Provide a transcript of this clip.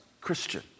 Christian